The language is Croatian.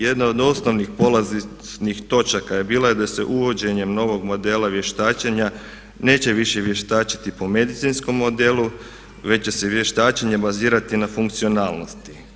Jedna od osnovnih polazišnih točaka je bila da se uvođenjem novog modela vještačenja neće više vještačiti po medicinskom modelu već će se vještačenje bazirati na funkcionalnosti.